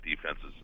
defenses